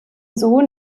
sohn